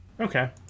okay